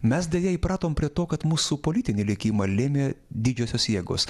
mes deja įpratom prie to kad mūsų politinį likimą lėmė didžiosios jėgos